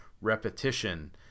repetition